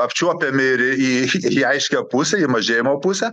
apčiuopiami ir į į aiškią pusę į mažėjimo pusę